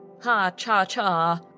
Ha-cha-cha